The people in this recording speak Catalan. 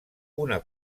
una